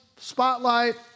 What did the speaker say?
Spotlight